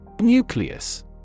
Nucleus